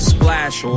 Splash